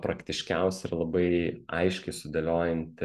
praktiškiausia ir labai aiškiai sudėliojanti